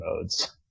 modes